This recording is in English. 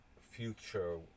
future